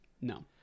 No